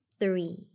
three